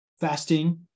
Fasting